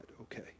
okay